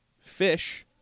fish